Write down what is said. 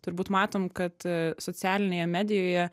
turbūt matom kad socialinėje medijoje